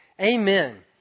Amen